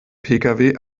pkw